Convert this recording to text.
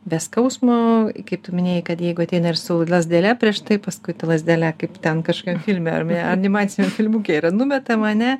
be skausmo kaip tu minėjai kad jeigu ateina ir su lazdele prieš tai paskui ta lazdele kaip ten kažkiam filme ar animaciniam filmuke yra numetama ane